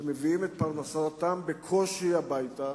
שמביאים את פרנסתם בקושי הביתה,